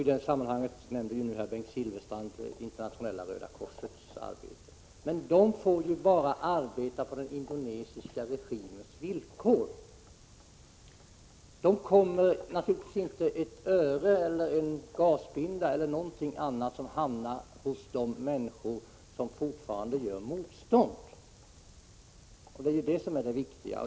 I det sammanhanget nämnde Bengt Silfverstrand Internationella röda korsets arbete. Men Röda korset får ju bara arbeta på den indonesiska regimens villkor! Då kommer naturligtvis inte ett öre, inte en gasbinda eller någonting annat att hamna hos de människor som fortfarande gör motstånd, och det är ju det som är det viktiga.